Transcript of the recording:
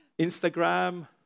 Instagram